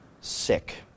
sick